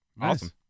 Awesome